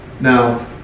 Now